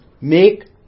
make